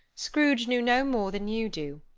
scrooge knew no more than you do.